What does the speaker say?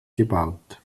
gebaut